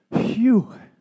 Phew